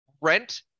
Rent